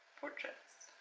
portraits.